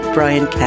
Brian